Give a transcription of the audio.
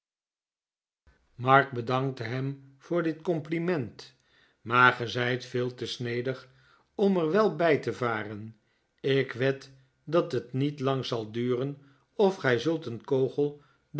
mark bedankte hem voor dit compliment maar ge zijt veel te snedig om er wel bij te varen ik wed dat het niet lang zal duren r of gij zult een kogel